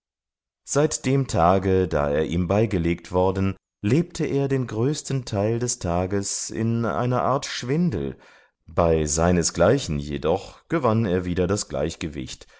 seit dem tage da er ihm beigelegt worden lebte er den größten teil des tages in einer art schwindel bei seinesgleichen jedoch gewann er wieder das gleichgewicht